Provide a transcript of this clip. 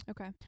okay